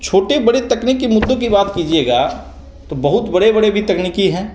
छोटे बड़े तकनीकी मुद्दों की बात कीजिएगा तो बहुत बड़े बड़े भी तकनीकी हैं